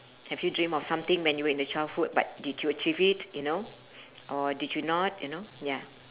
have you dream of something when you were in the childhood but did you achieve it you know or did you not you know ya